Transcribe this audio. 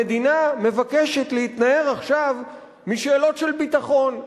המדינה מבקשת להתנער עכשיו משאלות של ביטחון,